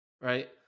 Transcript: right